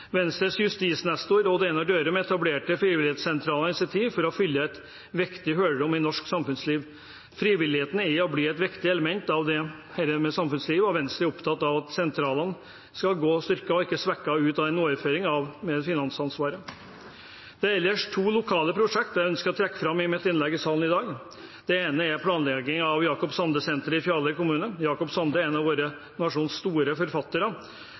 Venstres justisnestor Odd Einar Dørum etablerte frivillighetssentralene i sin tid for å fylle et viktig hull i norsk samfunnsliv. Frivilligheten er og blir et viktig element i samfunnslivet, og Venstre er opptatt av at sentralene skal gå styrket, og ikke svekket, ut av en overføring av finansieringsansvaret. Det er ellers to lokale prosjekt jeg ønsker å trekke fram i mitt innlegg i salen i dag. Det ene er planlegging av et Jakob Sande-senter i Fjaler kommune. Jakob Sande er en av vår nasjons store forfattere